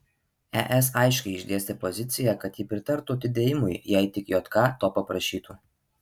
es aiškiai išdėstė poziciją kad ji pritartų atidėjimui jei tik jk to paprašytų